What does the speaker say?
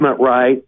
right